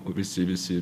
visi visi